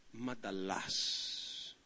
madalas